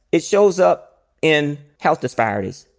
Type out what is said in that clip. it shows up in health disparities.